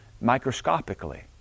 microscopically